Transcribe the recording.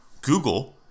Google